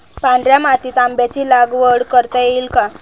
पांढऱ्या मातीत आंब्याची लागवड करता येईल का?